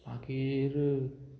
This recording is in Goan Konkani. मागीर